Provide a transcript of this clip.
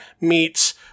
meets